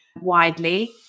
widely